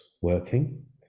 working